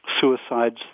suicides